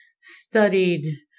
studied